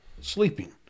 sleeping